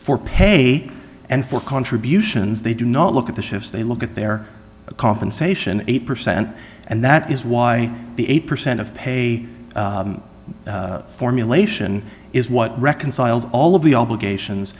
for pay and for contributions they do not look at the shifts they look at their compensation eight percent and that is why the eight percent of pay formulation is what reconciles all of the obligations